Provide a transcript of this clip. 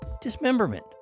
Dismemberment